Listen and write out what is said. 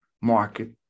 market